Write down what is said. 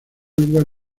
lugar